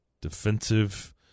defensive